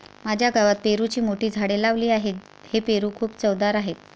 माझ्या गावात पेरूची मोठी झाडे लावली आहेत, हे पेरू खूप चवदार आहेत